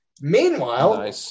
Meanwhile